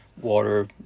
water